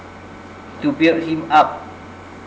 to build him up